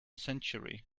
century